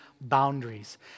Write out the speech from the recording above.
boundaries